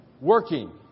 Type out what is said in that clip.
working